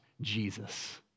Jesus